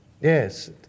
Yes